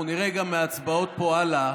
אנחנו עוברים לנושא הבא על סדר-היום,